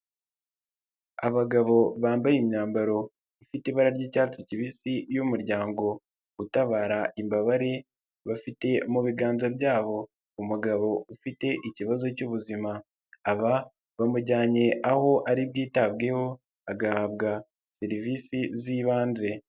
Abagabo bambaye imyambaro ifite ibara ry'icyatsi kibisi y'umuryango utabara imbabare, bafite mu biganza byabo umugabo ufite ikibazo cy'ubuzima. Aba bamujyanye aho ari bwitabweho agahabwa serivisi z'ibanze.